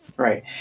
Right